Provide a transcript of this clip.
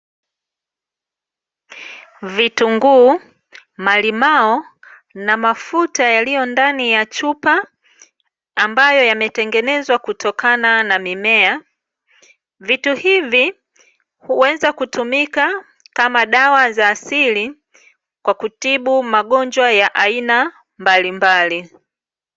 Vitunguu, malimao na mafuta yaliyo ndani ya chupa, ambayo yametengenezwa kutokana na mimea. Vitu hivi huweza kutumika kama dawa za asili kwa kutibu magonjwa ya aina mbalimbali.